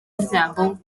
example